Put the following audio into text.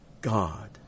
God